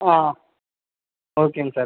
ஆமாம் ஓகேங்க சார்